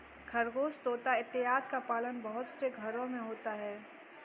खरगोश तोता इत्यादि का पालन बहुत से घरों में होता है